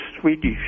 swedish